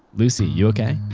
lucy, you ok?